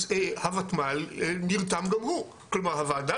אז הותמ"ל נרתם גם הוא, כלומר הוועדה